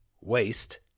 waste